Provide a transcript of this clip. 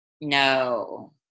No